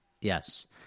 Yes